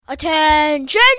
Attention